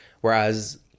Whereas